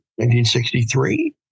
1963